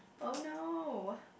oh no